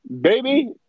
Baby